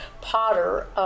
Potter